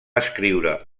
escriure